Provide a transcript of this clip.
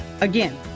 Again